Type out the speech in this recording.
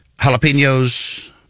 jalapenos